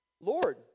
Lord